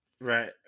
Right